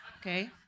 Okay